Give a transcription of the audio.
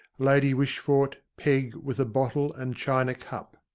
lady wishfort, peg with a bottle and china cup.